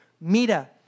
Mira